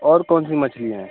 اور کون سی مچھلی ہیں